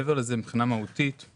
מעבר לזה מבחינה מהותית-